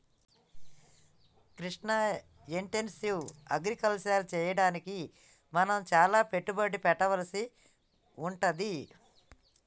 Krishna intensive agriculture చెయ్యడానికి మనం చాల పెట్టుబడి పెట్టవలసి వుంటది